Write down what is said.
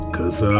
Cause